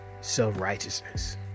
self-righteousness